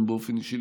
גם באופן אישי,